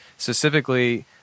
Specifically